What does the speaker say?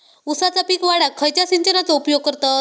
ऊसाचा पीक वाढाक खयच्या सिंचनाचो उपयोग करतत?